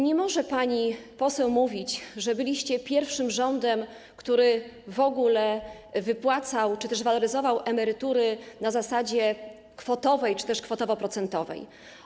Nie może pani poseł mówić, że byliście pierwszym rządem, który w ogóle wypłacał czy też waloryzował emerytury na zasadzie kwotowej lub kwotowo-procentowej.